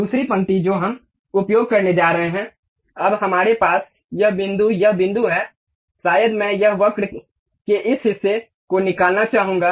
दूसरी पंक्ति जो हम उपयोग करने जा रहे हैं अब हमारे पास यह बिंदु यह बिंदु है शायद मैं यहां वक्र के इस हिस्से को निकालना चाहूंगा